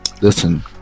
Listen